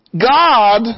God